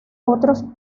otros